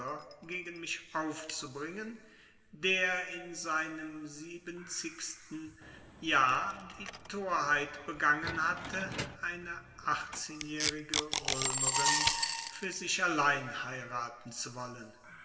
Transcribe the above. gegen mich aufzubringen der in seinem siebenzigsten jahr die torheit begangen hatte eine achtzehnjährige römerin für sich allein heiraten zu wollen